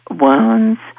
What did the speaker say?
wounds